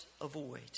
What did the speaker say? avoid